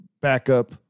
backup